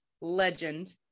legend